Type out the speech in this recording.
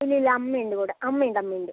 ഇല്ല ഇല്ല അമ്മ ഉണ്ട് കൂടെ അമ്മ ഉണ്ട് അമ്മ ഉണ്ട്